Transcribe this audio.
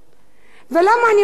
ולמה אני עושה את זה?